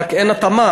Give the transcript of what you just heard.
ורק אין התאמה.